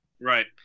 Right